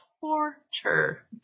torture